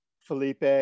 Felipe